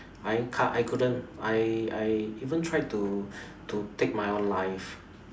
I can~ I couldn't I I even tried to to take my own life